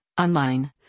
online